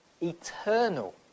eternal